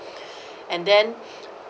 and then